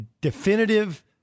definitive